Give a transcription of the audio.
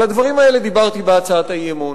על הדברים האלה דיברתי בהצעת האי-אמון,